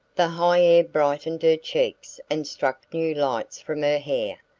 the high air brightened her cheeks and struck new lights from her hair,